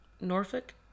Norfolk